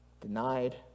denied